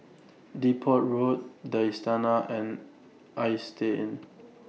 Depot Road The Istana and Istay Inn